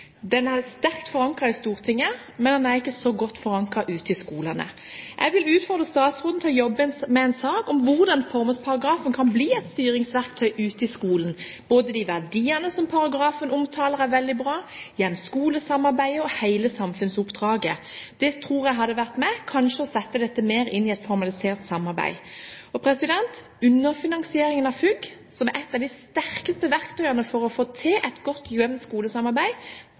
den er sterkt forankret i Stortinget, men den er ikke så godt forankret ute i skolene. Jeg vil utfordre statsråden til å jobbe med hvordan formålsparagrafen kan bli et styringsverktøy ute i skolen, både de verdiene som paragrafen omtaler – som er veldig bra – hjem–skole-samarbeidet og hele samfunnsoppdraget. Det tror jeg kanskje hadde vært med på å sette dette inn i et mer formalisert samarbeid. Underfinansieringen av FUG, som er et av de sterkeste verktøyene for å få til et godt